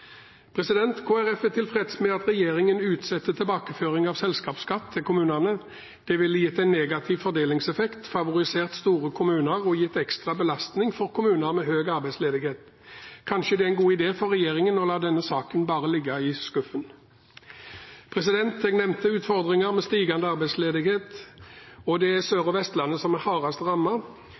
er tilfreds med at regjeringen utsetter tilbakeføringen av selskapsskatt til kommunene. Det ville gitt en negativ fordelingseffekt, favorisert store kommuner og gitt ekstra belastning for kommuner med høy arbeidsledighet. Kanskje det er en god idé for regjeringen bare å la denne saken ligge i skuffen. Jeg nevnte utfordringer med stigende arbeidsløshet, og det er Sør- og Vestlandet som er hardest